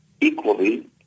equally